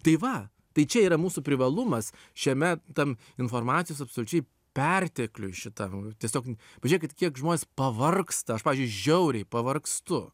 tai va tai čia yra mūsų privalumas šiame tam informacijos absoliučiai pertekliuj šitam tiesiog n pažiūrėkit kiek žmonės pavargsta aš pavyzdžiui žiauriai pavargstu